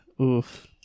oof